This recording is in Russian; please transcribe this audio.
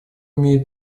имеет